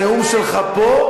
הנאום שלך פה,